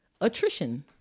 Attrition